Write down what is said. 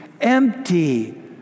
empty